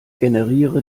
generiere